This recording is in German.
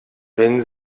wenn